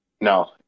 No